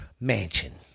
Mansion